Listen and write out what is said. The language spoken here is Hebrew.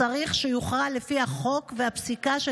צריך שיוכרעו לפי החוק והפסיקה של